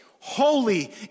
Holy